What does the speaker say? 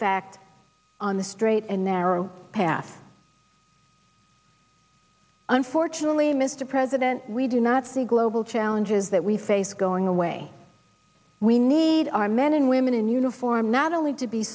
fact on the straight and narrow path unfortunately mr president we do not see global challenges that we face going away we need our men and women in uniform not only to be